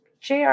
JR